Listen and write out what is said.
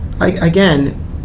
again